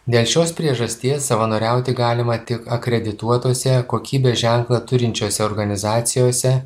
dėl šios priežasties savanoriauti galima tik akredituotose kokybės ženklą turinčiose organizacijose